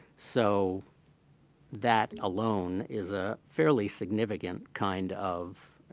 so that alone is a fairly significant kind of